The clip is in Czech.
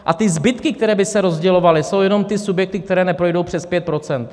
A ty zbytky, které by se rozdělovaly, jsou jenom ty subjekty, které neprojdou přes 5 %.